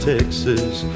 Texas